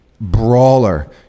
brawler